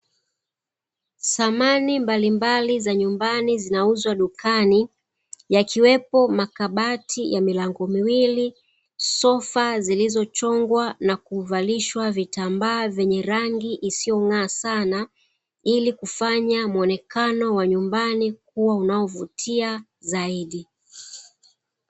Samani mbalimbali za nyumbani zinauzwa dukani, yakiwepo makabati ya milango miwili, sofa zilizochongwa na kuvalishwa vitambaa vyenye rangi isiyong'aa sana ili kufanya muonekano wa nyumbani kuwa unaovutia zaidi.